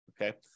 Okay